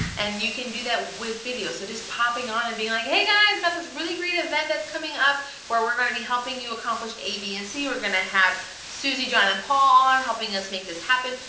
and you can do that with videos, so just popping on and being like, hey guys, i got but this really great event that's coming up where we're gonna be helping you accomplish a, b, and c. we're gonna have susie, john, and paul on, helping us make this happen.